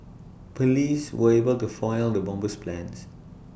Police were able to foil the bomber's plans